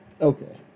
Okay